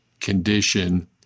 condition